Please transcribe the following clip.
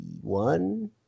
one